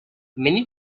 many